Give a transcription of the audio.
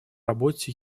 работе